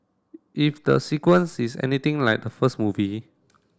if the sequels is anything like the first movie